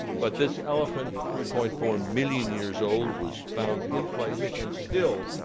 but this elephant, three point four million years old, was found in place and still,